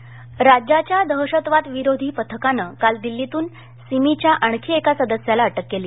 अटक राज्याच्या दहशतवादविरोधी पथकानं काल दिल्लीतून सिमीच्या आणखी एका सदस्याला अटक केली